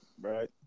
Right